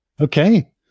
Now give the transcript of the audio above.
Okay